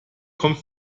kommt